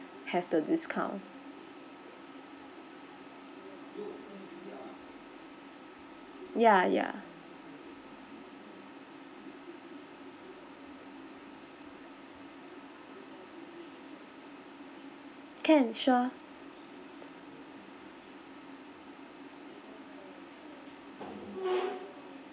have the discount ya ya can sure